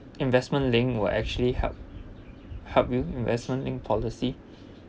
investment linked will actually help help you investment linked policy